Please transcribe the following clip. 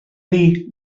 dir